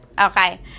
okay